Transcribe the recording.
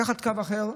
לקחת קו אחר,